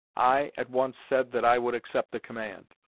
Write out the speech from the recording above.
i at once said that i would accept the command,